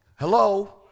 Hello